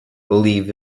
believe